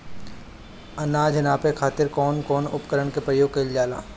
अनाज नापे खातीर कउन कउन उपकरण के प्रयोग कइल जाला?